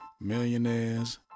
millionaires